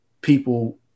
people